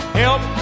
help